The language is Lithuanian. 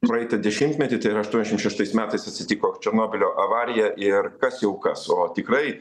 praeitą dešimtmetį tai yra aštuondešimt šeštais metais atsitiko černobylio avarija ir kas jau kas o tikrai